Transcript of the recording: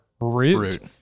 Root